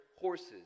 horses